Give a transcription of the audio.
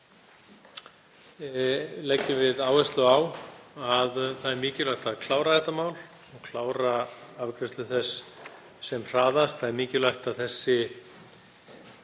leggjum áherslu á að það er mikilvægt að klára þetta mál og klára afgreiðslu þess sem hraðast.